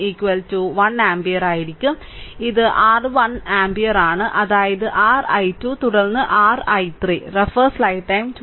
ഇത് r 1 ampere ആണ് അതായത് r i2 തുടർന്ന് r i3